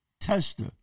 tester